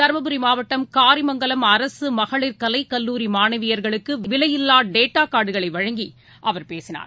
தருமபுரி மாவட்டம் காரிமங்கலம் அரசுமகளிர் கலைக் கல்லூரி மாணவியர்களுக்குவிலையில்லாடேட்டாகார்டுகளைவழங்கி அவர் பேசினார்